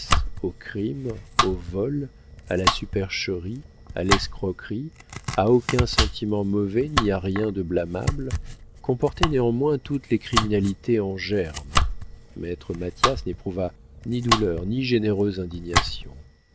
au crime au vol à la supercherie à l'escroquerie à aucun sentiment mauvais ni à rien de blâmable comportaient néanmoins toutes les criminalités en germe maître mathias n'éprouva ni douleur ni généreuse indignation